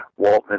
Waltman